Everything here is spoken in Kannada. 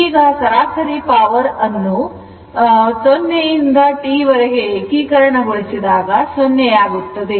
ಈಗ ಸರಾಸರಿ ಪವರ್ ಅನ್ನು ರಿಂದ ವರೆಗೆ ಏಕೀಕರಣ ಗೊಳಿಸಿದಾಗ 0 ಯಾಗುತ್ತದೆ